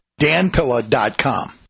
danpilla.com